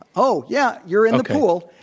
oh, yeah, you're in the pool.